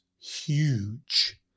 huge